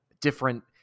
different